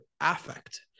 affect